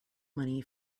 money